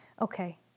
Okay